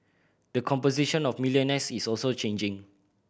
the composition of millionaires is also changing